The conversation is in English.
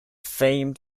famed